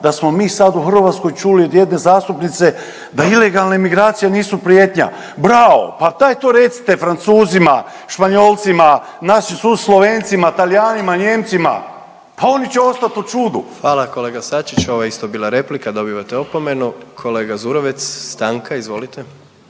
da smo sad u Hrvatskoj čuli od jedne zastupnice da ilegalne migracije nisu prijetnja. Bravo, pa daj to recite Francuzima, Španjolcima, našim susjedima Slovencima, Talijanima, Nijemcima, pa ono će ostat u čudu. **Jandroković, Gordan (HDZ)** Hvala kolega Sačiću, ovo je isto bila replika, dobivate opomenu. Kolega Zurovec, stanka, izvolite.